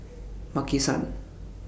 Maki San